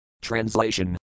Translation